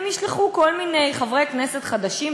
הם ישלחו כל מיני חברי כנסת חדשים,